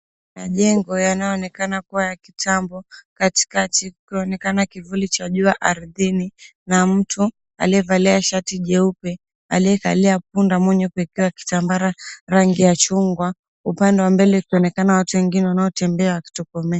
Majengo yanayoonekana kuwa ya kitambo. Katikati kukionekana kivuli cha jua ardhini na mtu aliyevalia shati jeupe, aliyekalia punda mwenye kuekewa kitambara rangi ya chungwa. Upande wa mbele ikionekana watu wengine wanaotembea wakitokomea.